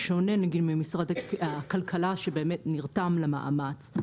בשונה ממשרד הכלכלה שבאמת נרתם למאמץ.